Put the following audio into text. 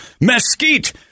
mesquite